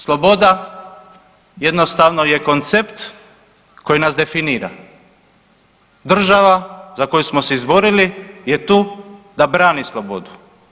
Sloboda jednostavno je koncept koji nas definira, država za koju smo se izborili je tu da brani slobodu.